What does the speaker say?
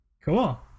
Cool